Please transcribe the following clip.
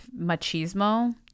machismo